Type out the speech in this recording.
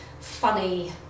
funny